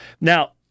Now